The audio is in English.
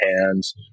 hands